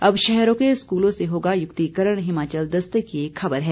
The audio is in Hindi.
अब शहरों के स्कूलों से होगा युक्तिकरण हिमाचल दस्तक की एक खबर है